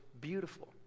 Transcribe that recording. beautiful